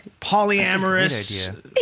polyamorous